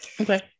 Okay